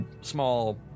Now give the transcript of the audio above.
small